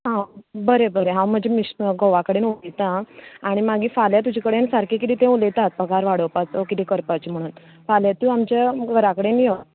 हां बरें बरें हांव म्हज्या मीश घोवा कडेन उलयता आनी मागीर फाल्यां तुजे कडेन सारकें कितें तें उलयतात पगार वाडोवपाचो कितें करपाचें म्हणून फाल्यां तूं आमच्या घरा कडेन यो